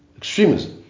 extremism